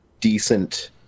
decent –